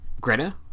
greta